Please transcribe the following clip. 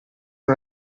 non